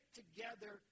together